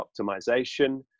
optimization